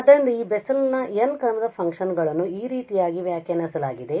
ಆದ್ದರಿಂದ ಈ Bessel Bessel's n ಕ್ರಮದ ಫಂಕ್ಷನ್ ಗಳನ್ನು ಈ ರೀತಿಯಾಗಿ ವ್ಯಾಖ್ಯಾನಿಸಲಾಗಿದೆ